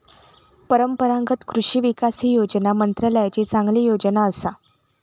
परंपरागत कृषि विकास ही कृषी मंत्रालयाची चांगली योजना असा